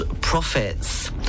profits